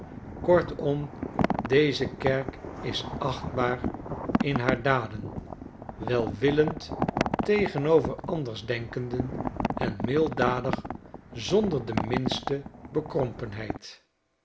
kortom deze kerk is achtbaar in al haar daden welwillend tegenover andersdenkenden en milddadig zonder de minste